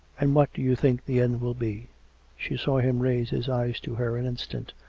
and what do you think the end will be she saw him raise his eyes to her an instant.